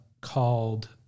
called